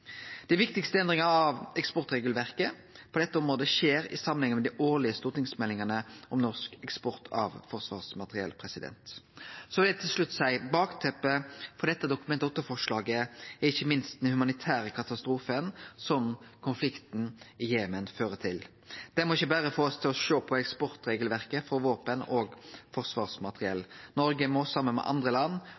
Stortinget. Dei viktigaste endringane av eksportregelverket på dette området skjer i samband med dei årlege stortingsmeldingane om norsk eksport av forsvarsmateriell. Så vil eg til slutt seie at bakteppet for dette Dokument 8-forslaget ikkje minst er den humanitære katastrofen som konflikten i Jemen fører til. Det må ikkje berre få oss til å sjå på eksportregelverket for våpen og forsvarsmateriell. Noreg må saman med andre land